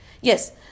yes